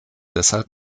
deshalb